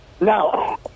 No